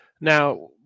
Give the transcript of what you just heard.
now